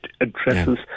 addresses